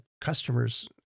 customers